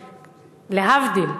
להבדיל,